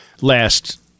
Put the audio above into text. Last